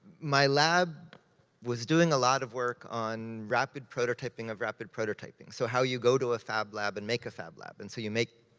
my lab was doing a lot of work on rapid prototyping of rapid prototyping. so how do you go to a fab lab and make a fab lab. and so you make,